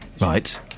right